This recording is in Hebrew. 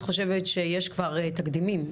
אני חושבת שיש כבר תקדימים.